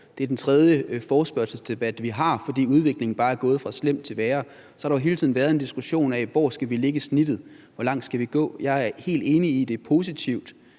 det er den tredje forespørgselsdebat, vi har, fordi udviklingen bare er gået fra slem til værre – har der været en diskussion af, hvor vi skal lægge snittet, hvor langt vi skal gå. Jeg er helt enig i, at det er positivt,